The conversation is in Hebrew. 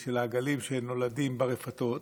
של העגלים שנולדים ברפתות,